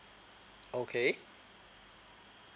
okay